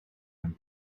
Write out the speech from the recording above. him